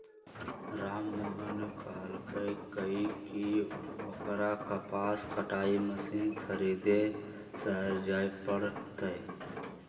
राममोहन ने कहल कई की ओकरा कपास कटाई मशीन खरीदे शहर जाय पड़ तय